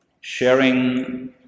Sharing